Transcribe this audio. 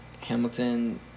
Hamilton